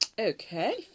Okay